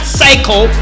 cycle